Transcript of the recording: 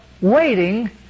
waiting